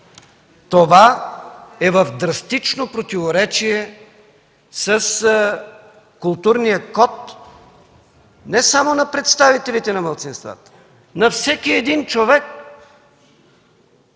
То е в драстично противоречие с културния код, не само на представителите на малцинствата, на всеки един човек.